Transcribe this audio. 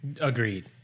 Agreed